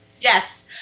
Yes